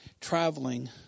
traveling